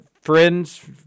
friends